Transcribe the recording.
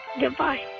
Goodbye